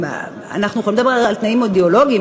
אנחנו יכולים לדבר על תנאים אידיאולוגית,